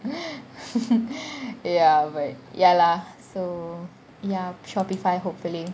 ya but ya lah so ya Shopify hopefully